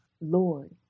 Lord